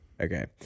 Okay